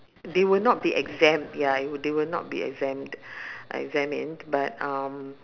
they will not be exam ya they will they will not be exam examined but um